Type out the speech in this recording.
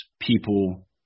people